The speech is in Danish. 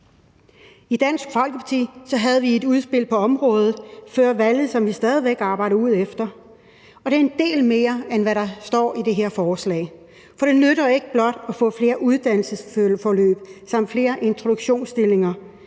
I Dansk Folkeparti havde vi et udspil på området før valget, som vi stadig væk arbejder efter, og det er en del mere, end hvad der står i det her forslag. For det nytter ikke blot at få flere uddannelsesforløb samt flere introduktionsstillinger;